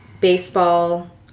baseball